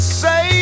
say